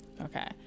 Okay